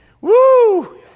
Woo